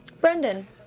Brendan